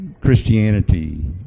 Christianity